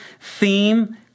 theme